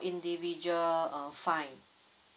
individual uh fine